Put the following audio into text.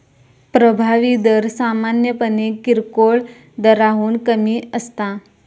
प्रभावी दर सामान्यपणे किरकोळ दराहून कमी असता